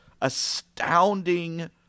astounding